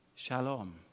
Shalom